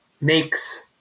makes